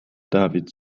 david